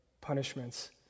punishments